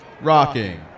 rocking